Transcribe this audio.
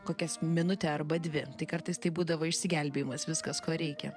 kokias minutę arba dvi tai kartais tai būdavo išsigelbėjimas viskas ko reikia